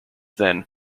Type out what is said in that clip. then